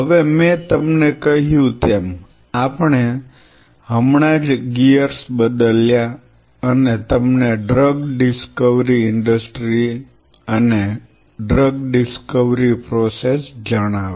હવે મેં તમને કહ્યું તેમ આપણે હમણાં જ ગિયર્સ બદલ્યા અને તમને ડ્રગ ડિસ્કવરી ઇન્ડસ્ટ્રી અને ડ્રગ ડિસ્કવરી પ્રોસેસ જણાવી